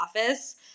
office